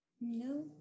No